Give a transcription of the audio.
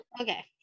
Okay